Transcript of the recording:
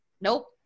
Nope